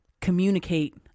communicate